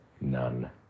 none